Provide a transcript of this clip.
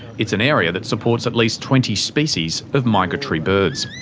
it's an area that supports at least twenty species of migratory birds.